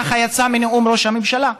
ככה יצא מנאום ראש הממשלה.